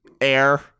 air